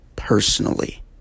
Personally